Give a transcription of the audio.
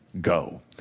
go